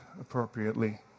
appropriately